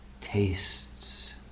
tastes